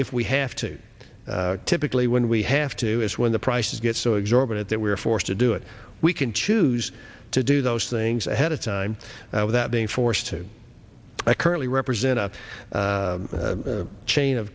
if we have to typically when we have to is when the prices get so exorbitant that we are forced to do it we can choose to do those things ahead of time without being forced to i currently represent a chain of